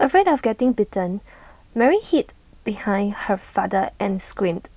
afraid of getting bitten Mary hid behind her father and screamed